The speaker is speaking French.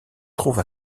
trouve